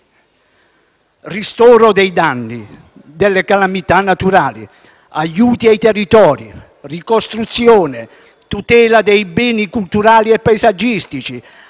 Ristoro dei danni delle calamità naturali; aiuti ai territori; ricostruzione e tutela dei beni culturali e paesaggistici;